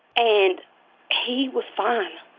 and he was fine.